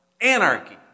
Anarchy